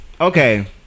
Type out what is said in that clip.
Okay